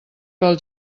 pel